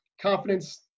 confidence